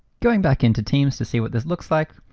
going back into teams to see what this looks like.